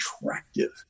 attractive